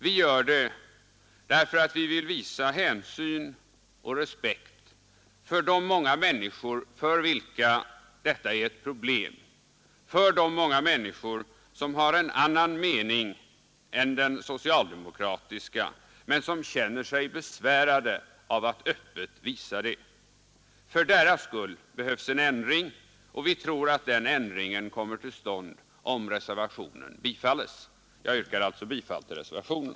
Vi gör det därför att vi vill visa hänsyn och respekt för de många människor för vilka detta är ett problem, för de många människor som har en annan mening än den socialdemokratiska men som känner sig besvärade av att öppet visa det. För deras skull behövs en ändring och vi tror att den ändringen kommer till stånd om reservationen bifalles. Jag yrkar alltså bifall till reservationen.